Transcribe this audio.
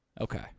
Okay